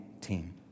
team